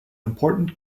important